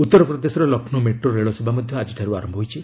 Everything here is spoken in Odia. ଉତ୍ତରପ୍ରଦେଶର ଲକ୍ଷ୍ରୌ ମେଟୋ ରେଳସେବା ମଧ୍ୟ ଆଜିଠାରୁ ଆରମ୍ଭ ହୋଇଛି